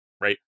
right